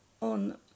on